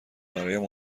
برایم